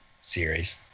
series